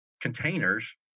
containers